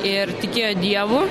ir tikėjo dievu